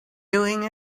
doing